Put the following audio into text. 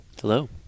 Hello